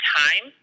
time